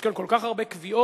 יש כאן כל כך הרבה קביעות.